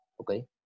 okay